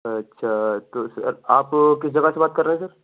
اچھا تو سر آپ کس جگہ سے بات کر رہے ہیں سر